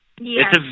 Yes